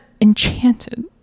Enchanted